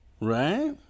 Right